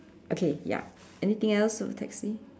okay ya anything else not taxi